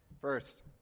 First